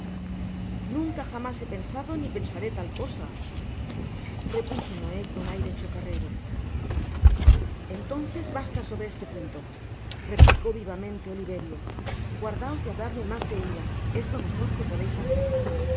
nunca jamás he pensado ni pensaré tal cosa repuso noé con aire chocarrero entonces basta sobre este punto replicó vivamente oliverio guardaos de hablarme mas de ella es lo mejor que podeis hacer